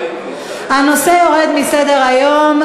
הנושא יורד מסדר-היום,